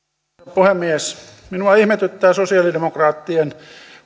puhemies minua ihmetyttävät sosiaalidemokraattien